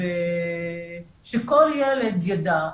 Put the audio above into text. ושכל ילד יידע,